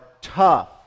tough